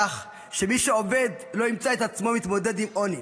כך שמי שעובד לא ימצא את עצמו מתמודד עם עוני.